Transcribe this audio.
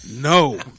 No